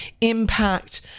impact